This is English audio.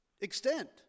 extent